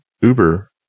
Uber